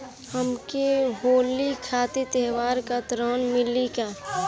हमके होली खातिर त्योहार ला ऋण मिली का?